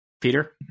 Peter